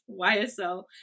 YSL